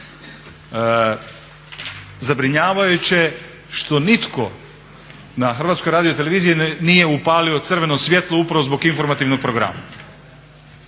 Zabrinjavajuće je što nitko na Hrvatskoj radioteleviziji nije upalio crveno svjetlo upravo zbog informativnog programa.